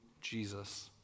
Jesus